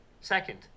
second